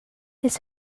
his